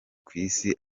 kw’isi